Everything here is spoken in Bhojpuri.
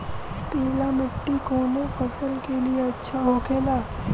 पीला मिट्टी कोने फसल के लिए अच्छा होखे ला?